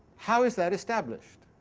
how is that established?